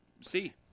see